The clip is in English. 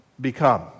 become